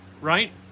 right